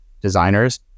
designers